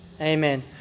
Amen